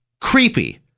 Creepy